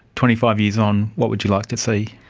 twenty five years on, what would you like to see?